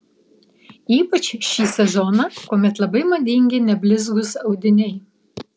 ypač šį sezoną kuomet labai madingi neblizgūs audiniai